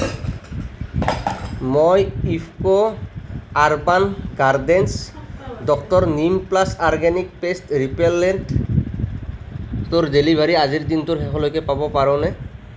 মই IFFCO urban gardens doctor neem plus organic pest ৰিপেলেণ্টৰ delivery আজিৰ দিনটোৰ শেষলৈকে পাব পাৰোঁনে